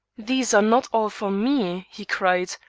these are not all for me! he cried,